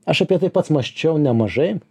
aš apie tai pats mąsčiau nemažai